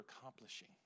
accomplishing